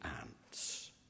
ants